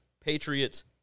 Patriots